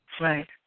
Right